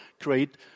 create